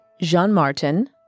Jean-Martin